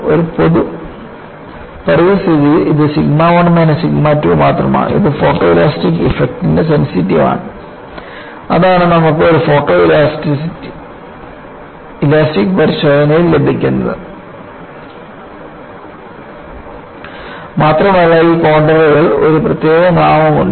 ഒരു പൊതു പരിതസ്ഥിതിയിൽ ഇത് സിഗ്മ 1 മൈനസ് സിഗ്മ 2 മാത്രമാണ് ഇത് ഫോട്ടോലാസ്റ്റിക് ഇഫക്റ്റിന് സെൻസിറ്റീവ് ആണ് അതാണ് നമുക്ക് ഒരു ഫോട്ടോഎലാസ്റ്റിക് പരിശോധനയിൽ ലഭിക്കുന്നത് മാത്രമല്ല ഈ കോൺണ്ടറുകൾക്ക് ഒരു പ്രത്യേക നാമമുണ്ട്